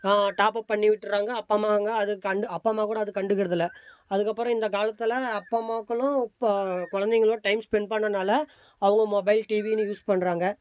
top-up பண்ணி விட்டுடறாங்க அப்பா அம்மாங்க அதை அப்பா அம்மா கூட கண்டுக்கறதில்லை அதுக்கப்புறம் இந்த காலத்தில் அப்பாம்மாக்களும் இப்போ குழந்தைகளோ டைம் ஸ்பென் பண்ணனால அவங்க மொபைல் டிவின்னு யூஸ் பண்றாங்க